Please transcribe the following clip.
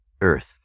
earth